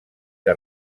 que